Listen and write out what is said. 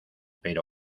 pero